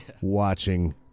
watching